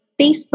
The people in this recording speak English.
Facebook